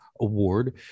award